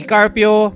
Carpio